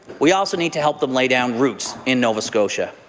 we also need to help them lay down roots in nova scotia.